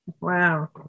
Wow